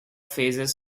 phases